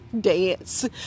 dance